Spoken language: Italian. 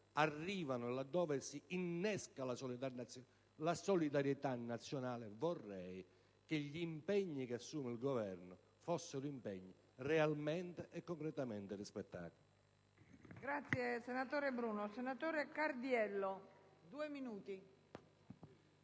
arrivano e dove si innesca la solidarietà nazionale, gli impegni che assume il Governo fossero realmente e concretamente rispettati.